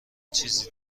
چیزی